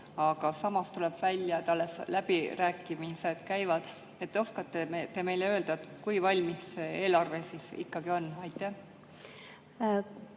aga samas tuleb välja, et läbirääkimised alles käivad. Oskate te meile öelda, kui valmis see eelarve siis ikkagi on? Aitäh,